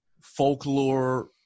folklore